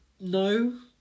No